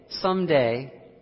Someday